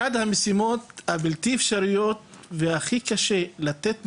אחת המשימות הבלתי אפשריות והכי קשה לתת מענה,